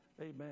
Amen